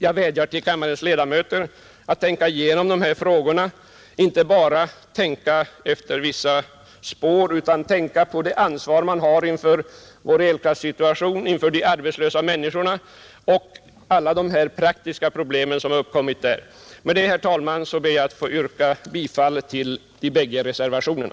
Jag vädjar till kammarens ledamöter att tänka igenom de här frågorna, och att inte bara tänka i vissa spår utan tänka på det ansvar man har inför vår elkraftsituation, inför de arbetslösa människorna och inför alla de praktiska problem som har uppkommit. Herr talman! Jag ber att få yrka bifall till de bägge reservationerna.